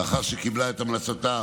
לאחר שקיבלה את המלצתה